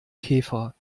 käfer